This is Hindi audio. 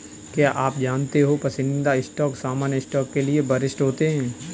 क्या आप जानते हो पसंदीदा स्टॉक सामान्य स्टॉक के लिए वरिष्ठ होते हैं?